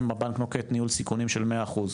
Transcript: הבנק נוקט ניהול סיכונים של מאה אחוז,